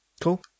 Cool